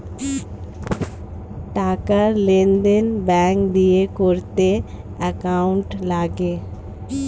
টাকার লেনদেন ব্যাঙ্ক দিয়ে করতে অ্যাকাউন্ট লাগে